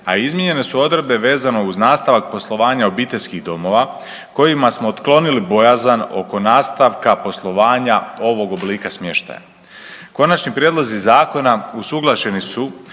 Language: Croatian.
a izmijenjene su odredbe vezano uz nastavak poslovanja obiteljskih domova kojima smo otklonili bojazan oko nastavka poslovanja ovog oblika smještaja. Konačni prijedlozi zakona usuglašeni su